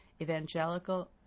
Evangelical